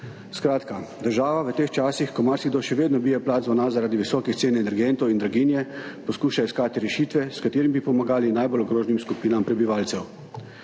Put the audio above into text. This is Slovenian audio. Skratka, država v teh časih, ko marsikdo še vedno bije plat zvona zaradi visokih cen energentov in draginje, poskuša iskati rešitve, s katerimi bi pomagali najbolj ogroženim skupinam prebivalcev.